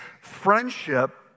friendship